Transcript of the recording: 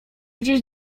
gdzieś